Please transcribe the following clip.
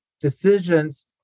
decisions